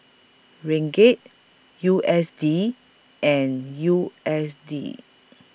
Ringgit U S D and U S D